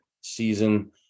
season